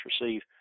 receive